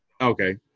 Okay